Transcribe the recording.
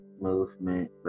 movement